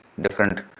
different